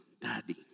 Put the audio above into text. Daddy